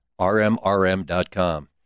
rmrm.com